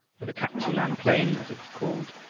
for the kap-tsu-lan plain, as it was called,